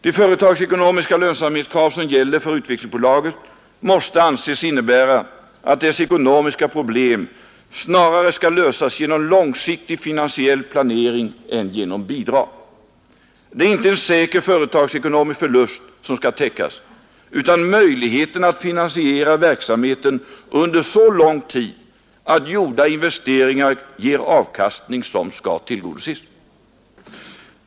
De företagsekonomiska lönsamhetskrav som gäller för Utvecklingsbolaget måste anses innebära att dess ekonomiska problem snarare skall lösas genom långsiktig finansiell planering än genom bidrag. Det är inte en säker företagsekonomisk förlust som skall täckas, utan det är möjligheten att finansiera verksamheten under så lång tid att gjorda investeringar ger avkastning som skall tillgodoses.